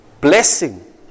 blessing